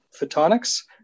photonics